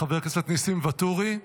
חבר הכנסת ניסים ואטורי,